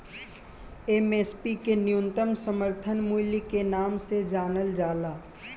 MSP के न्यूनतम समर्थन मूल्य के नाम से जानल जाला